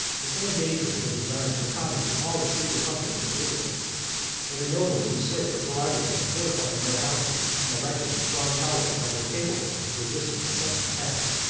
the same dangers and designs were common to all the free republics of italy and the nobles usurped the prerogative of fortifying their houses, and erecting strong towers, that were capable of resisting a sudden attack.